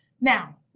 Now